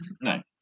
No